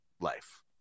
life